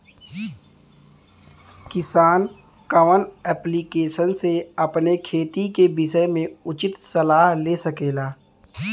किसान कवन ऐप्लिकेशन से अपने खेती के विषय मे उचित सलाह ले सकेला?